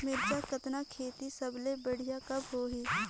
मिरचा कतना खेती सबले बढ़िया कब होही?